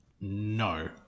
No